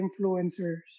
influencers